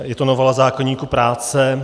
Je to novela zákoníku práce.